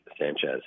Sanchez